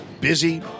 busy